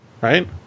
Right